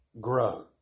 grow